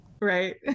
Right